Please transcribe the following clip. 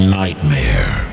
nightmare